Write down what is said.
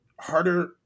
harder